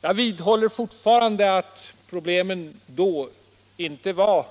Jag vidhåller fortfarande att problemen inte var